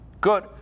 Good